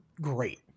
great